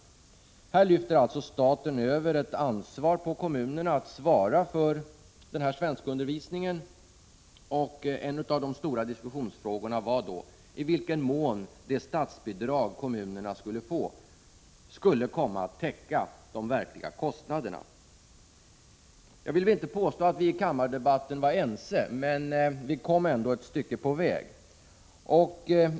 Staten lyfter alltså över ansvaret att stå för svenskundervisningen för vuxna invandrare på kommunerna. Ett av de stora diskussionsämnena var i vilken mån det statsbidrag som man avsåg att ge till kommunerna skulle komma att täcka de verkliga kostnaderna. Jag vill inte påstå att vi var ense i debatten i kammaren, men vi kom ändå ett stycke på väg.